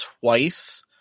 twice